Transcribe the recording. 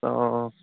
ଓ